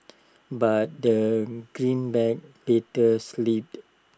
but the greenback later slipped